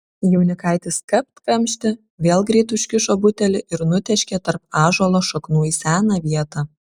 jaunikaitis kapt kamštį vėl greit užkišo butelį ir nutėškė tarp ąžuolo šaknų į seną vietą